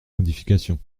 modification